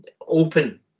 open